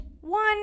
One